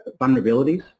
vulnerabilities